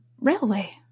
railway